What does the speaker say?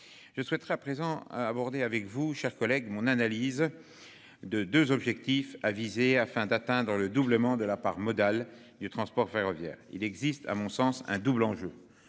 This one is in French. Je souhaiterais présent à aborder avec vous, chers collègues. Mon analyse. De 2 objectifs avisé afin d'atteint dans le doublement de la part modale du transport ferroviaire. Il existe, à mon sens un double enjeu,